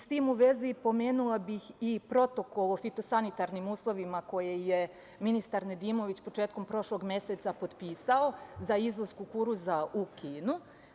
S tim u vezi, pomenula bih i protokol o fitosanitarnim uslovima koje je ministar Nedimović početkom prošlog meseca potpisao za izvoz kukuruza u Kinu.